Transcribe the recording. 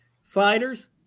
fighters